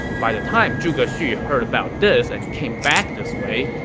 by the time zhuge xu heard about this and came back this way,